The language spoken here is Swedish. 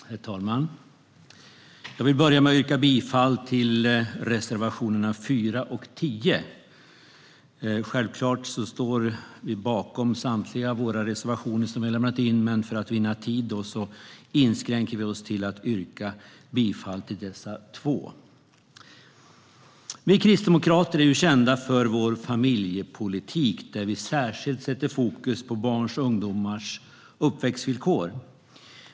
Herr talman! Jag vill börja med att yrka bifall till reservationerna 4 och 10. Självklart står vi bakom samtliga våra reservationer som vi har lämnat in, men för att vinna tid inskränker vi oss till att yrka bifall bara till dessa två. Vi kristdemokrater är ju kända för vår familjepolitik, där vi särskilt sätter fokus på barns och ungdomars uppväxtvillkor.